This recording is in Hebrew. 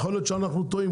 גם יכול להיות שאנחנו טועים.